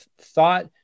thought